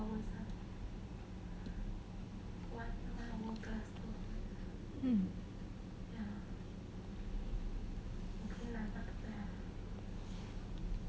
hmm